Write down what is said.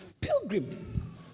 pilgrim